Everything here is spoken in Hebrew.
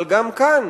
אבל גם כאן,